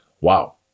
Wow